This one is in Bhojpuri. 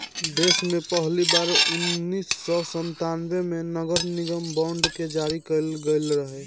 देस में पहिली बार उन्नीस सौ संतान्बे में नगरनिगम बांड के जारी कईल गईल रहे